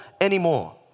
anymore